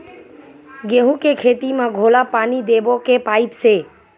गेहूं के खेती म घोला पानी देबो के पाइप से?